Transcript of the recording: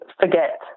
forget